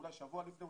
אולי שבוע לפני,